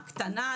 קטנה,